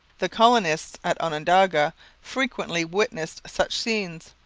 the colonists at onondaga frequently witnessed such scenes,